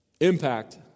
impact